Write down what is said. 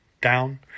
down